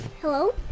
Hello